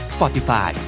Spotify